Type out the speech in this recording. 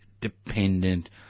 dependent